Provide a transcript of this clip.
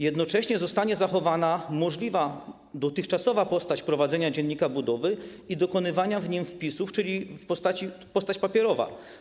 Jednocześnie zostanie zachowana możliwa dotychczasowa postać prowadzenia dziennika budowy i dokonywania w nim wpisów, czyli postać papierowa.